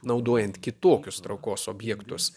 naudojant kitokius traukos objektus